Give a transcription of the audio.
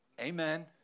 Amen